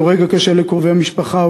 זהו רגע קשה לקרובי המשפחה,